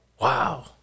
Wow